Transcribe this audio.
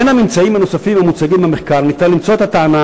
בין הממצאים הנוספים המוצגים במחקר אפשר למצוא את הטענה